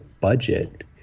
budget